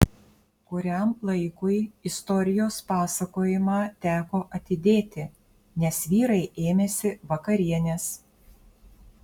kuriam laikui istorijos pasakojimą teko atidėti nes vyrai ėmėsi vakarienės